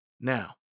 Now